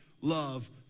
love